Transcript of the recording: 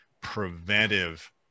preventive